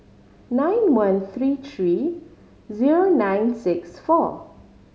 nine one three three zero nine six four